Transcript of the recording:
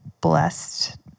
blessed